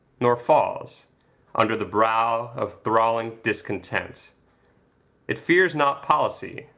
nor falls under the brow of thralling discontent it fears not policy,